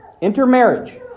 Intermarriage